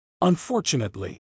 Unfortunately